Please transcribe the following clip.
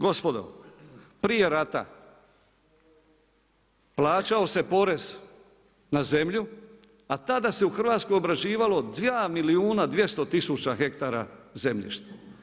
Gospodo, prije rata plaćao se porez na zemlju a tada se u Hrvatskoj obrađivalo 2 milijuna 200 tisuća hektara zemljišta.